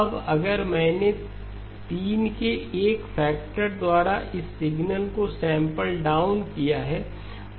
अब अगर मैंने 3 के एक फैक्टर द्वारा इस सिग्नल को सैंपल डाउन किया है